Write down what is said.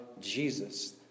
Jesus